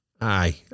Aye